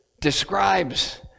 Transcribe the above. Describes